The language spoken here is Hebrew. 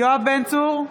יואב בן צור,